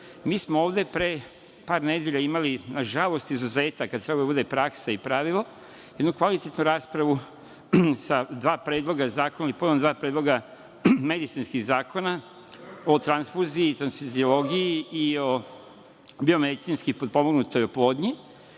smo ovde imali na žalost izuzetak, a treba da bude praksa i pravilo, jednu kvalitetnu raspravu sa dva predloga zakona, dva predloga medicinskih zakona o transfuziji i transfuziologiji i o biomedicinski potpomognutoj oplodnji,